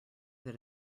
that